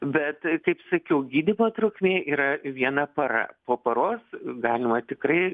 bet kaip sakiau gydymo trukmė yra viena para po paros galima tikrai